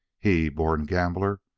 he, born gambler,